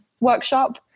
Workshop